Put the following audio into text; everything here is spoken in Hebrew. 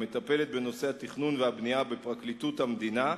המטפלת בנושא התכנון והבנייה בפרקליטות המדינה,